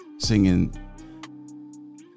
Singing